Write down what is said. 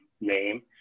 name